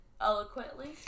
eloquently